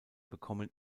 bekommen